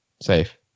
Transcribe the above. safe